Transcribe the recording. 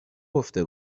گفته